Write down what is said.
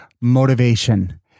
motivation